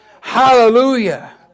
Hallelujah